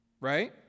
right